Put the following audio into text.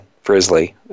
Frizzly